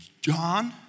John